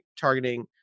targeting